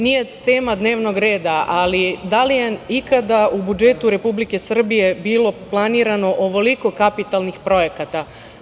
Nije tema dnevnog reda, ali da li je ikada u budžetu Republike Srbije bilo planirano ovoliko kapitalnih projekata?